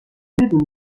بدونی